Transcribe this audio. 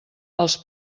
els